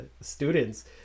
students